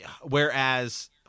whereas